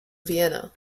vienna